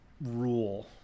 rule